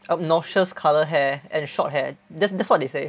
obnoxious colour hair and short hair that's that's what they say